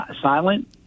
silent